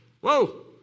Whoa